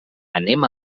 anem